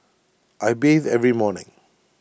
I bathe every morning